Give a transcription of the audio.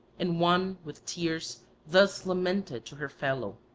and one with tears thus lamented to her fellow